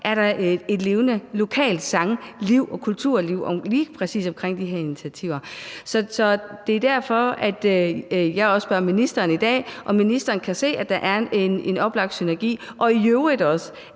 er et levende lokalt sangliv og kulturliv lige præcis i forbindelse med de her initiativer. Så det er også derfor, jeg spørger ministeren i dag, om ministeren kan se, at der er en oplagt mulighed for synergi.